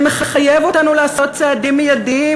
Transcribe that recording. זה מחייב אותנו לעשות צעדים מיידיים,